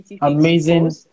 amazing